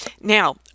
Now